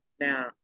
now